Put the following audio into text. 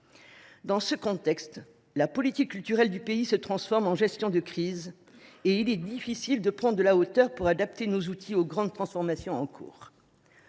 Dans ce contexte, la politique culturelle du pays se transforme en une gestion de crise et il est difficile de prendre de la hauteur pour adapter nos outils aux grandes transformations en cours.